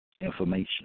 information